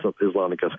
Islamic